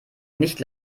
nicht